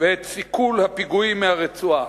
ואת סיכול הפיגועים מהרצועה.